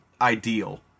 ideal